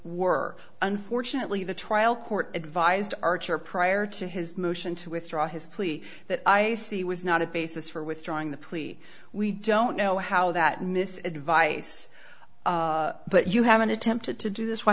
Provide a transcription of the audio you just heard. were unfortunately the trial court advised archer prior to his motion to withdraw his plea that i see was not a basis for withdrawing the plea we don't know how that miss advice but you haven't attempted to do this why